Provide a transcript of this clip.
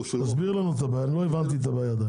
תסביר לנו את הבעיה, עדיין לא הבנתי את הבעיה.